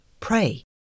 pray